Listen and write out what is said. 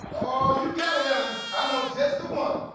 oh, you got it, ellen. i know just the one.